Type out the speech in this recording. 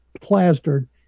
plastered